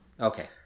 Okay